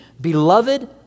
Beloved